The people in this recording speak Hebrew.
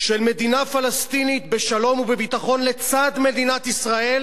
של מדינה פלסטינית בשלום ובביטחון לצד מדינת ישראל,